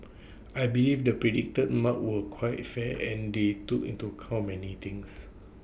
I believe the predicted marks were quite fair and they took into account many things